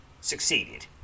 Succeeded